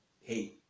Hey